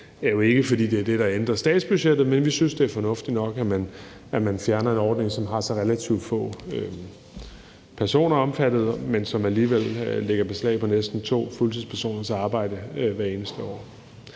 det er jo ikke, fordi det er det, der ændrer statsbudgettet, men vi synes, det er fornuftigt nok, at man fjerner en ordning, som har så relativt få personer omfattet, men som alligevel lægger beslag på næsen to fuldtidspersoners arbejde hvert eneste år.